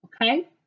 okay